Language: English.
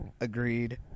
Agreed